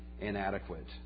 inadequate